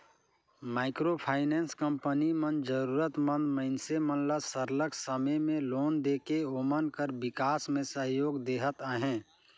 micro finance company मन जरूरत मंद मइनसे मन ल सरलग समे में लोन देके ओमन कर बिकास में सहयोग देहत अहे